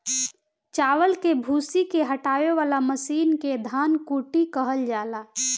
चावल के भूसी के हटावे वाला मशीन के धन कुटी कहल जाला